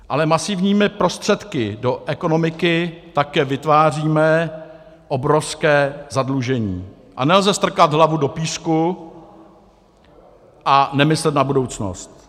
Ale masivními prostředky do ekonomiky také vytváříme obrovské zadlužení, a nelze strkat hlavu do písku a nemyslet na budoucnost.